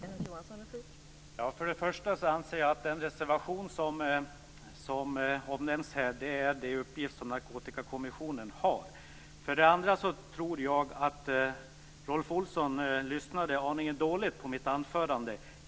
Fru talman! För det första anser jag att den reservation som omnämns täcks av den uppgift som Narkotikakommissionen har. För det andra tror jag att Rolf Olsson lyssnade aningen dåligt på mitt anförande.